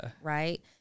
Right